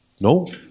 no